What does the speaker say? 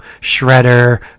Shredder